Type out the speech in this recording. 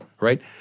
right